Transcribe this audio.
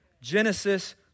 Genesis